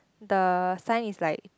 the sign is like